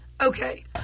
Okay